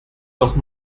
doch